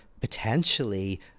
potentially